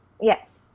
Yes